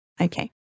Okay